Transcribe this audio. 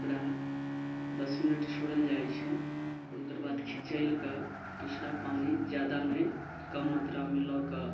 ओकरा दस मिनट छोड़ल जाइत छै ओकर बाद खिँचैलके दूसरा पानि ज्यादा नहि कम मात्रामे लऽ कऽ